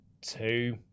two